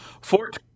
Fort